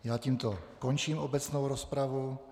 Já tímto končím obecnou rozpravu.